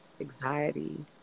Anxiety